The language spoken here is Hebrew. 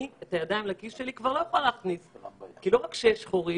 אני כבר לא יכולה להכניס את הידיים שלי לכיס כי לא רק שיש חורים,